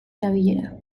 erabilera